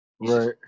Right